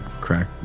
crack